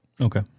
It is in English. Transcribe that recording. Okay